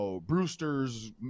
Brewsters